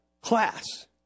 class